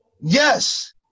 Yes